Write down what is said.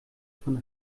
von